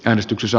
äänestyksessä